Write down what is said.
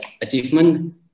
achievement